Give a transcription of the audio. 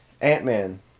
Ant-Man